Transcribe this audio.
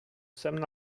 semn